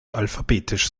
alphabetisch